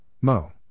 Mo